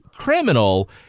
criminal